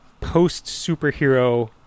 post-superhero